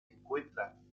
encuentran